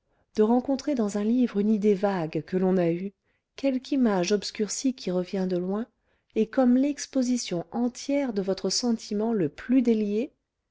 de rencontrer dans un livre une idée vague que l'on a eue quelque image obscurcie qui revient de loin et comme l'exposition entière de votre sentiment le plus délié